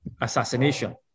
assassination